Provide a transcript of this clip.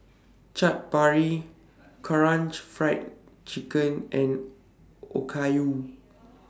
Chaat Papri Karaage Fried Chicken and Okayu